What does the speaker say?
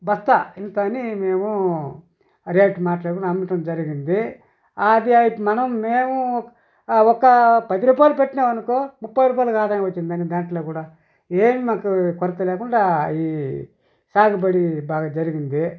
బస్తా ఇంత అని మేము రేటు మాట్లాడుకొని అమ్మటం జరిగింది అది మనం మేము ఒకా పది రూపాయలు పెట్టినామనుకో ముప్పై రూపాయలుగా ఆదాయం వచ్చింది అండి దాంట్లో కూడా ఏం మాకు కొరత లేకుండా ఈ సాగుబడి బాగ జరిగింది